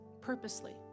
purposely